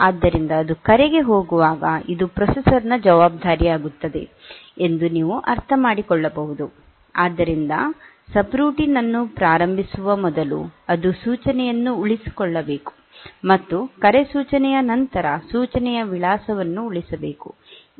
ಆದ್ದರಿಂದ ಅದು ಕರೆಗೆ ಹೋಗುವಾಗ ಇದು ಪ್ರೊಸೆಸರ್ ನ ಜವಾಬ್ದಾರಿಯಾಗುತ್ತದೆ ಎಂದು ನೀವು ಅರ್ಥಮಾಡಿಕೊಳ್ಳಬಹುದು ಆದ್ದರಿಂದ ಸಬ್ರೂಟೀನ್ ಅನ್ನು ಪ್ರಾರಂಭಿಸುವ ಮೊದಲು ಅದು ಸೂಚನೆಯನ್ನು ಉಳಿಸಬೇಕು ಮತ್ತು ಕರೆ ಸೂಚನೆಯ ನಂತರ ಸೂಚನೆಯ ವಿಳಾಸವನ್ನು ಉಳಿಸಬೇಕು